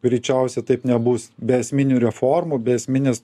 greičiausiai taip nebus be esminių reformų be esminės